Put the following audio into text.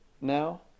now